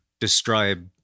describe